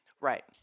Right